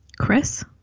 chris